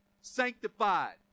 sanctified